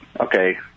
Okay